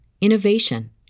innovation